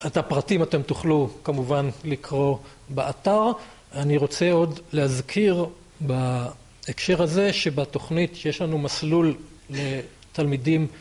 את הפרטים אתם תוכלו כמובן לקרוא באתר. אני רוצה עוד להזכיר בהקשר הזה שבתוכנית שיש לנו מסלול לתלמידים